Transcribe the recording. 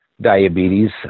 diabetes